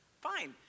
fine